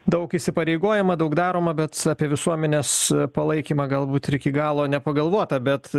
daug įsipareigojama daug daroma bet apie visuomenės palaikymą galbūt ir iki galo nepagalvota bet